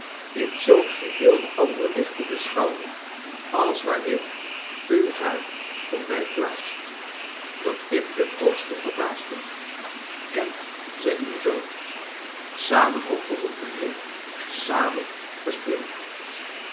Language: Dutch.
in zoo'n geheel ander licht te beschonwen als waarin u haar voor mij plaats t dat ik ten hoogste verbaasd ben kent zij uw zoon samen opgevoed